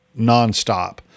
nonstop